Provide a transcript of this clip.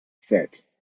said